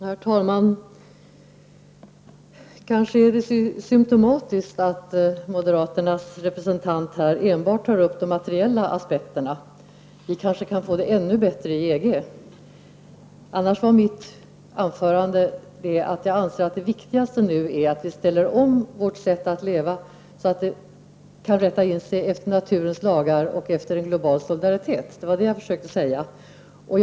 Herr talman! Kanske är det symptomatiskt att moderaternas representant endast tar upp de materiella aspekterna. Vi kanske kan få det ännu bättre i EG. Jag anser att det viktigaste nu är att vi ställer om vårt sätt att leva så att vi kan rätta in oss efter naturens lagar och efter en global solidaritet. Det var det jag försökte säga i mitt anförande.